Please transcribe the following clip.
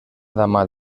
dama